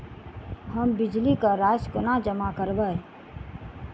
हम बिजली कऽ राशि कोना जमा करबै?